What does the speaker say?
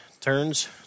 turns